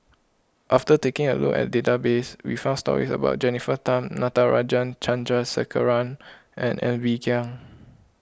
after taking a look at the database we found stories about Jennifer Tham Natarajan Chandrasekaran and Ng Bee Kia